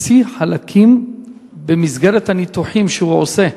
הוציא חלקים במסגרת הניתוחים שהוא עושה